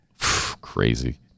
crazy